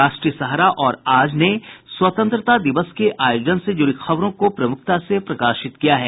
राष्ट्रीय सहारा और आज ने स्वतंत्रता दिवस के आयोजन से जुड़ी खबरों को प्रमुखता से प्रकाशित किया है